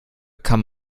kann